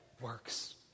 works